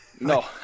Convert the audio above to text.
No